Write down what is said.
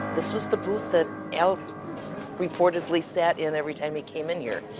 this was the booth that al reportedly sat in every time he came in here.